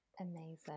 Amazing